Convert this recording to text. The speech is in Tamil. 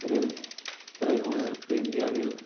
தொழில் தொழில் முனைவோருக்கு இந்தியாவில்